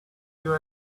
you